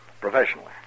professionally